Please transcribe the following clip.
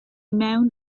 mewn